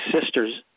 sister's